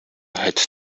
had